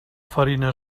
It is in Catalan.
farina